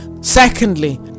Secondly